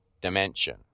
dimension